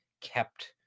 kept